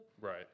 right